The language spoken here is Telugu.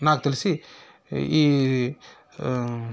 నాకు తెలిసి ఈ